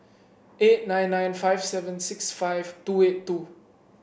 eight nine nine five seven six five two eight two